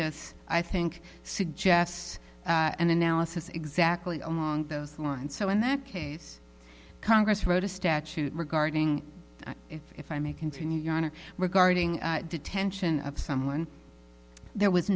this i think suggests an analysis exactly along those lines so in that case congress wrote a statute regarding if i may continue your honor regarding detention of someone there was